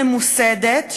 ממוסדת,